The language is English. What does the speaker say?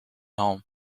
home